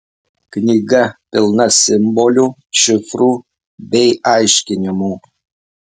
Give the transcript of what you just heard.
knyga pilna simbolių šifrų bei aiškinimų